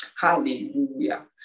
hallelujah